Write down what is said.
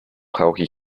brauche